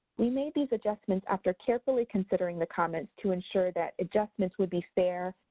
we made these adjustments after carefully considering the comments to ensure that adjustments would be fair,